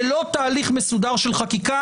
ולא תהליך מסודר של חקיקה.